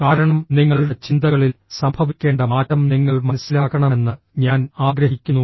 കാരണം നിങ്ങളുടെ ചിന്തകളിൽ സംഭവിക്കേണ്ട മാറ്റം നിങ്ങൾ മനസ്സിലാക്കണമെന്ന് ഞാൻ ആഗ്രഹിക്കുന്നു